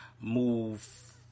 move